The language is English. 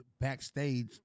backstage